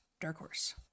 darkhorse